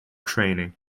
training